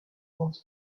woo